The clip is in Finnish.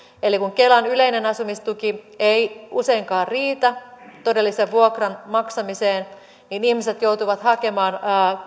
eli kun kelan yleinen asumistuki ei useinkaan riitä todellisen vuokran maksamiseen niin ihmiset joutuvat hakemaan